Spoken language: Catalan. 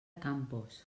campos